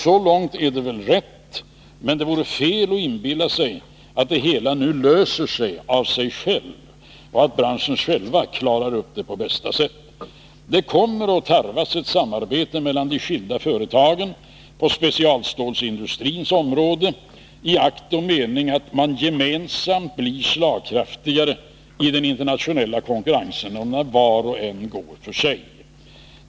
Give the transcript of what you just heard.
Så långt är det rätt, men det vore fel att inbilla sig att det hela nu löser sig av sig självt och att branschen själv klarar upp allt på bästa sätt. Det kommer att tarvas ett samarbete mellan de skilda företagen på specialstålsindustrins område i akt och mening att gemensamt bli slagkraftigare i den internationella konkurrensen än man blir när var en en går för sig.